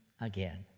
again